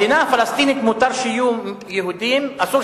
במדינה הפלסטינית מותר שיהיו יהודים.